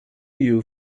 you